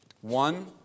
One